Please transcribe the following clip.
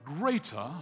greater